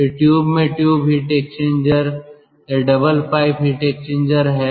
तो यह ट्यूब में ट्यूब हीट एक्सचेंजर या डबल पाइप हीट एक्सचेंजर है